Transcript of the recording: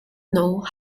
know